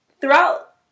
throughout